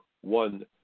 one